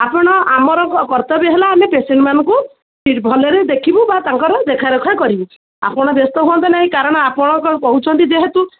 ଆପଣ ଆମର କ କର୍ତ୍ତବ୍ୟ ହେଲା ଆମେ ପେସେଣ୍ଟମାନଙ୍କୁ ନିର ଭଲରେ ଦେଖିବୁ ବା ତାଙ୍କର ଦେଖାରଖା କରିବୁ ଆପଣ ବ୍ୟସ୍ତ ହୁଅନ୍ତୁ ନାହିଁ ଆପଣ କାରଣ ଆପଣଙ୍କର କହୁଛନ୍ତି ଯେହେତୁ